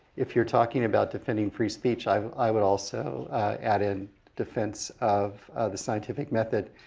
if you're talking about defending free speech, i i would also add in defense of the scientific method.